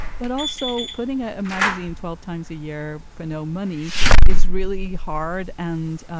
but also putting ah a magazine twelve times a year for no money is really hard. and,